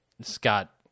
Scott